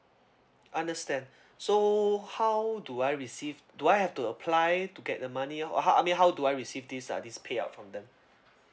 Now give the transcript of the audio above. understand so how do I receive do I have to apply to get the money or how I mean how do I receive this uh this payout from them